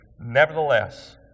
nevertheless